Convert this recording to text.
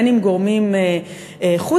אם גורמים חוץ-פרלמנטריים,